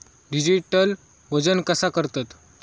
Digital वजन कसा करतत?